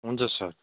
हुन्छ सर